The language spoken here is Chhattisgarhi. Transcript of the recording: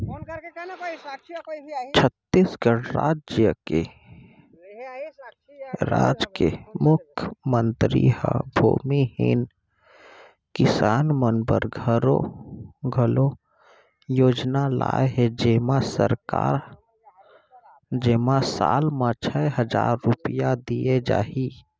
छत्तीसगढ़ राज के मुख्यमंतरी ह भूमिहीन किसान मन बर घलौ योजना लाए हे जेमा साल म छै हजार रूपिया दिये जाही